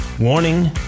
Warning